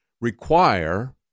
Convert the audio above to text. require